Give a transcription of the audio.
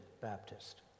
Baptist